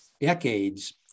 decades